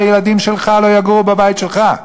הילדים שלך לא יגורו בבית שלך,